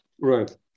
right